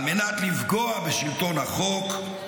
על מנת לפגוע בשלטון החוק,